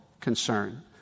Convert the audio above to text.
concern